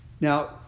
Now